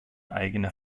eigene